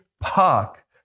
park